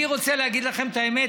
אני רוצה להגיד לכם את האמת,